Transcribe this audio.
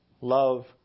love